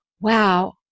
wow